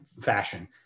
fashion